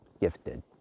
gifted